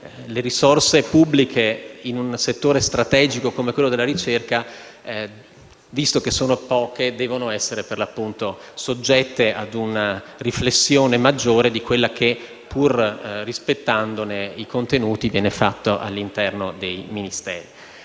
le risorse pubbliche in un settore strategico come quello della ricerca sono poche, devono essere per l'appunto soggette a una riflessione maggiore di quella che, pur rispettandone i contenuti, viene fatta all'interno dei Ministeri.